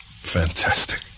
Fantastic